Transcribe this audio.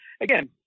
again